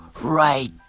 right